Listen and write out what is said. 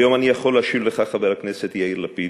היום אני יכול להשיב לך, חבר הכנסת יאיר לפיד,